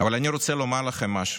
אבל אני רוצה לומר לכם משהו: